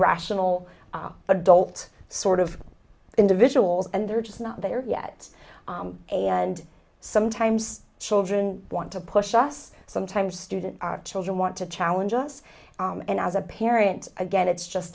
rational adult sort of individuals and they're just not there yet and sometimes children want to push us sometimes student our children want to challenge us and as a parent again it's just